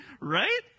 Right